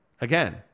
again